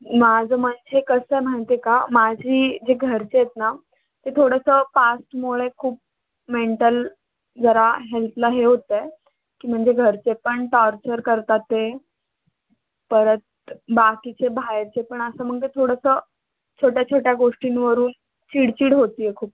माझं म्हणजे कसं आहे माहीत आहे का माझी जे घरचे आहेत ना ते थोडंसं पास्टमुळे खूप मेंटल जरा हेल्थला हे होत आहे की म्हणजे घरचे पण टॉर्चर करतात आहे परत बाकीचे बाहेरचे पण असं मग थोडंसं छोट्या छोट्या गोष्टींवरून चिडचिड होते आहे खूप